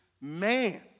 man